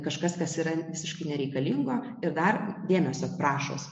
kažkas kas yra visiškai nereikalingo ir dar dėmesio prašos